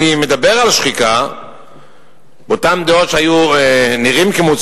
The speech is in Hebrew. אני מדבר על שחיקה באותן דעות שנראו כמוצקות,